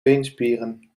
beenspieren